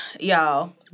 y'all